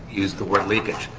use the word leakage.